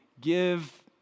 give